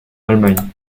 allemagne